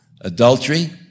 adultery